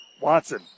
Watson